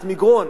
את מגרון.